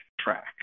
track